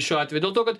šiuo atveju dėl to kad